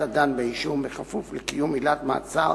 הדן באישור בכפוף לקיום עילת מעצר,